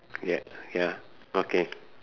ya ya okay